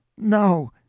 no!